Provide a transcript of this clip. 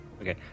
Okay